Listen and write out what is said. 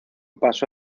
pasó